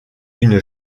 une